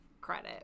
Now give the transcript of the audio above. credit